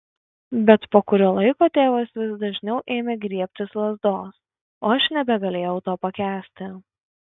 bet po kurio laiko tėvas vis dažniau ėmė griebtis lazdos o aš nebegalėjau to pakęsti